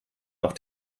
noch